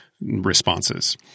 responses